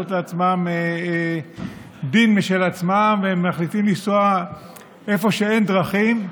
לעצמם דין והם מחליטים לנסוע איפה שאין דרכים.